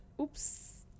oops